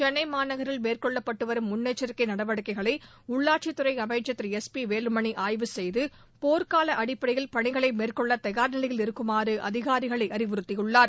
சென்னை மாநகரில் மேற்கொள்ளப்பட்டுவரும் முன்னெச்சரிக்கை நடவடிக்கைகளை உள்ளாட்சித் துறை அமைச்சர் திரு எஸ் பி வேலுமணி ஆய்வு செய்து போர்க்கால அடிப்படையில் பணிகளை மேற்கொள்ள தயார் நிலையில் இருக்குமாறு அதிகாரிகளை அறிவுறுத்தியுள்ளார்